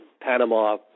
Panama